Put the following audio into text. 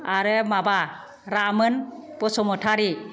आरो माबा रामोन बसुमतारी